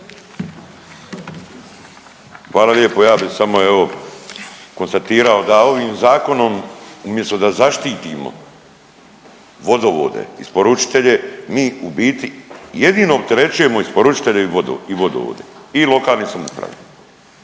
Hvala lijepo. Ja bih samo evo konstatirao da ovim zakonom umjesto da zaštitimo vodovode isporučitelje mi u biti jedino opterećujemo isporučitelje i vodovode i lokalne samouprave.